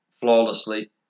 flawlessly